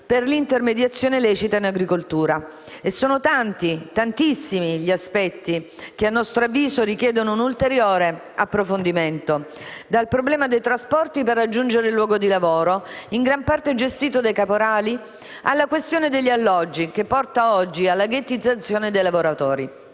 per l'intermediazione lecita in agricoltura e sono tanti gli aspetti che, ad avviso dei firmatari del presente atto, richiedono un ulteriore approfondimento: dal problema dei trasporti per raggiungere il luogo di lavoro, in gran parte gestito dai caporali, alla questione degli alloggi, che porta oggi alla ghettizzazione dei lavoratori,